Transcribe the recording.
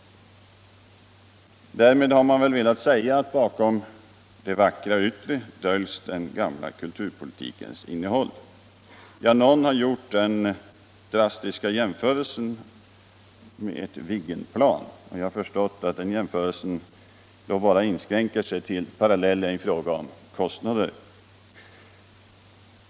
Därmed har man väl velat säga att bakom det vackra yttre döljs den gamla kulturpolitikens innehåll. Någon har gjort den drastiska jämförelsen med ett Viggenplan. Om jag förstått den jämförelsen rätt, har man inskränkt sig till att dra paralleller i fråga om kostnaderna.